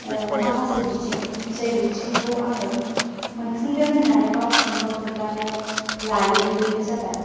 माखासे बिथिं जाय बिथिंखौ आङो मोनफुंदों होननानै गावखौनो गाव दुग्गानो लायो बेनो जाबाय